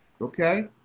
Okay